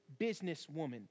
businesswoman